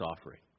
offering